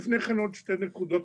נקודות.